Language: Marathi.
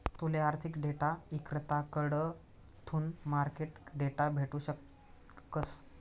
तूले आर्थिक डेटा इक्रेताकडथून मार्केट डेटा भेटू शकस